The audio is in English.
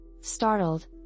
Startled